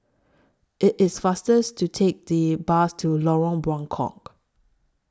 IT IS fasters to Take The Bus to Lorong Buangkok